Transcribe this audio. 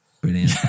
Brilliant